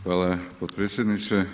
Hvala potpredsjedniče.